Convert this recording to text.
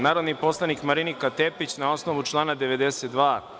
Narodni poslanik Marinika Tepić, na osnovu člana 92.